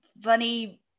funny